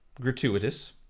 gratuitous